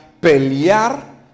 pelear